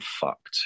fucked